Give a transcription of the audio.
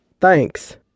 Thanks